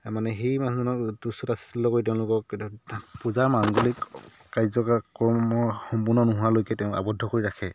মানে সেই মানুহজনক তুচ্ছ তাচ্ছিল্য কৰি তেওঁলোকক পূজা মাঙ্গলিক কাৰ্যকাল ক্ৰম সম্পূৰ্ণ নোহোৱালৈকে তেওঁক আৱদ্ধ কৰি ৰাখে